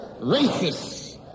racists